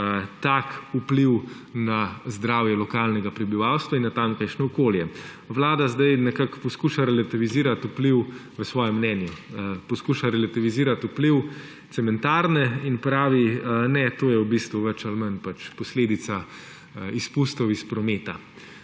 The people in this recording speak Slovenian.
tak vpliv na zdravje lokalnega prebivalstva in na tamkajšnje okolje. Vlada zdaj nekako poskuša relativizirati vpliv v svojem mnenju, poskuša relativizirati vpliv cementarne in pravi, ne, to je v bistvu več ali manj posledica izpustov iz prometa.